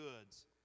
goods